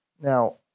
Now